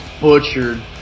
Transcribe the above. butchered